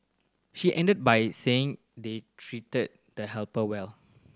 she ended by saying they treated the helper well